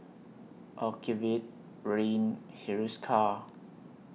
Ocuvite Rene Hiruscar